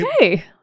okay